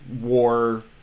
war